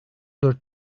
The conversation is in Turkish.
dört